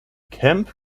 kemp